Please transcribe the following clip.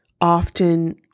Often